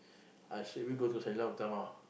I straight away go to Sang-Nila-Utama